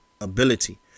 ability